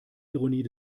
ironie